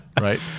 right